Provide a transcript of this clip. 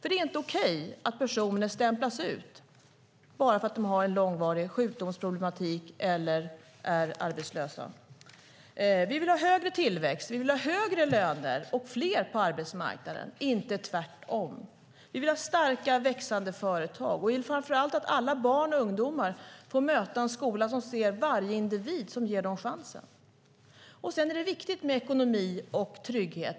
Det är inte okej att personer stämplas ut bara för att de har en långvarig sjukdomsproblematik eller är arbetslösa. Vi vill ha högre tillväxt, högre löner och fler på arbetsmarknaden - inte tvärtom. Vi vill ha starka, växande företag. Vi vill framför allt att alla barn och ungdomar ska få möta en skola som ser varje individ och som ger dem chansen. Det är viktigt med ekonomi och trygghet.